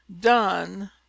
done